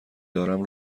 دارم